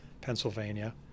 Pennsylvania